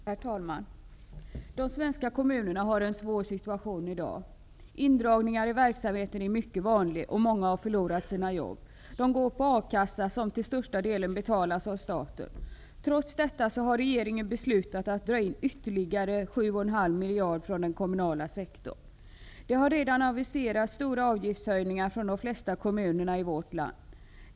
Herr talman! De svenska kommunerna har en svår situation i dag. Indragningar i verksamheten är mycket vanliga, och många människor har förlorat sina jobb. De får ersättning från A-kassan, som till största delen betalas av staten. Trots detta har regeringen beslutat att dra in ytterligare 7,5 miljarder från den kommunala sektorn. Stora avgiftshöjningar har redan aviserats från de flesta kommuner i vårt land.